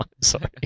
sorry